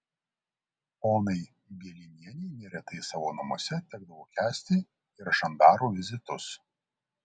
onai bielinienei neretai savo namuose tekdavo kęsti ir žandarų vizitus